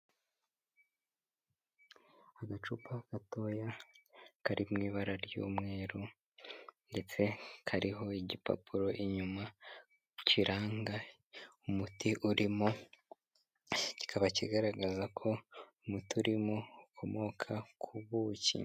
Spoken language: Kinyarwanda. Agacupa gatoya kari mu ibara ry'umweru ndetse kariho igipapuro inyuma kiranga umuti urimo, kikaba kigaragaza ko umuti urimo ukomoka ku buki.